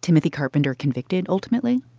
timothy carpenter convicted ultimately?